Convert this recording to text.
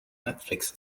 netflix